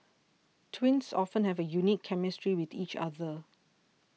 twins often have a unique chemistry with each other